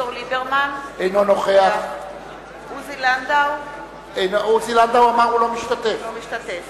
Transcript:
אביגדור ליברמן - אינו נוכח עוזי לנדאו - עוזי לנדאו אמר שהוא לא משתתף.